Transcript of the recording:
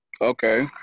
Okay